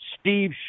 Steve